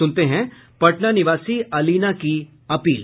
सुनते हैं पटना निवासी अलीना की अपील